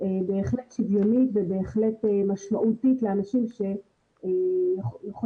בהחלט שוויונית ובהחלט משמעותית לאנשים שיכולים